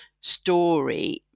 story